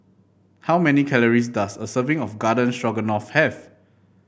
how many calories does a serving of Garden Stroganoff have